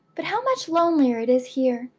but how much lonelier it is here!